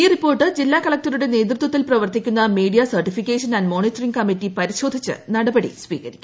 ഈ റിപ്പോർട്ട് ജില്ലാ കളക്ടറുടെ നേതൃത്വത്തിൽ പ്രവർത്തിക്കുന്ന media certification and monitoring committee പരിശോധിച്ച് നടപടി സ്വീകരിക്കും